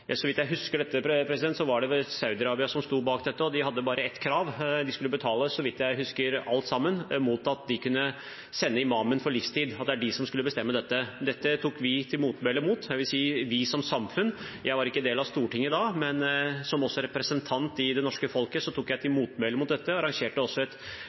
så vidt jeg husker – Saudi-Arabia, og de hadde bare ett krav. De skulle, så vidt jeg husker, betale alt sammen mot at de kunne sende imamen for livstid, og at det var de som skulle bestemme dette. Dette tok vi til motmæle mot – dvs. vi som samfunn. Jeg var ikke en del av Stortinget da, men som representant for det norske folket tok jeg til motmæle og arrangerte også et